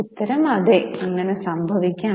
ഉത്തരം അതെ അങ്ങനെ സംഭവിക്കാം